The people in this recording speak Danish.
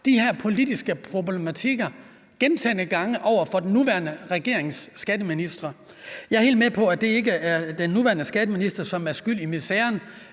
de her politiske problematikker gentagne gange over for den nuværende regerings skatteministre. Jeg er helt med på, at det ikke er den nuværende skatteminister, som er skyld i miseren.